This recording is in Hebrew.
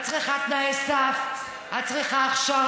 בטח ההורים שיושבים עכשיו בבית שומעים אותנו מתעסקים בזה,